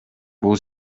бул